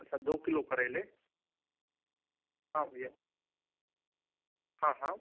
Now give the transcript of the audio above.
अच्छा दो किलो करेले हाँ भैया हाँ हाँ